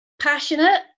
passionate